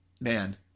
man